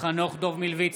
חנוך דב מלביצקי,